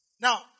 Now